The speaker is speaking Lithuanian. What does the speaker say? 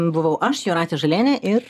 buvau aš jūratė žalienė ir